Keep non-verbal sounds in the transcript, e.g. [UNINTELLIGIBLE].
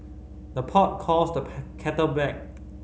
the pot calls the [UNINTELLIGIBLE] kettle black